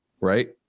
right